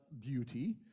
beauty